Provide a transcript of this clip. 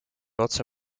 otse